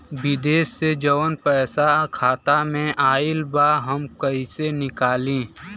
विदेश से जवन पैसा खाता में आईल बा हम कईसे निकाली?